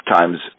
times